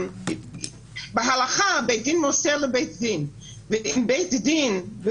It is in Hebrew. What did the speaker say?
זה בסך הכול ייתן לבית הדין מקום